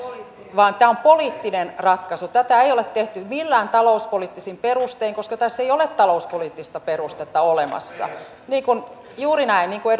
vaan tämä on poliittinen ratkaisu tätä ei ole tehty millään talouspoliittisin perustein koska tässä ei ole talouspoliittista perustetta olemassa juuri näin niin kuin